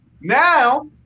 Now